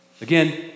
Again